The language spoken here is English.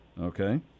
Okay